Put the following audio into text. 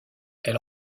elle